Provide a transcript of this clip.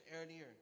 earlier